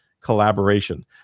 collaboration